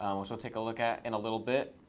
um which we'll take a look at in a little bit.